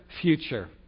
future